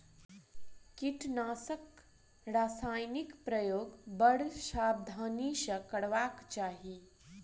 कीटनाशक रसायनक प्रयोग बड़ सावधानी सॅ करबाक चाही